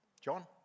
John